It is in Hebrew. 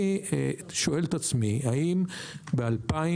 אני שואל את עצמי האם ב-2030,